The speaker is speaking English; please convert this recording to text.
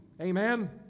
Amen